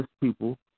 people